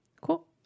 Cool